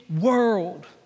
world